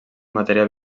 matèria